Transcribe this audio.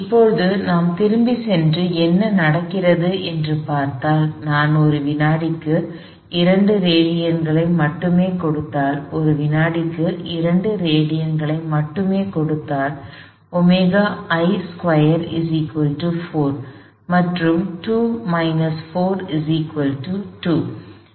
இப்போது நாம் திரும்பிச் சென்று என்ன நடக்கிறது என்று பார்த்தால் நான் ஒரு வினாடிக்கு 2 ரேடியன்களை மட்டுமே கொடுத்தால் ஒரு வினாடிக்கு 2 ரேடியன்களை மட்டும் கொடுத்தால் ωi2 4 மற்றும் 2 4 2